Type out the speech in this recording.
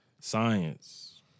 science